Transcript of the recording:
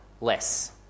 less